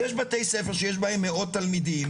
יש בתי ספר שיש בהם מאות תלמידים